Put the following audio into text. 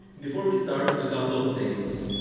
before we start, a couple of things.